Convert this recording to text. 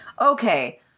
Okay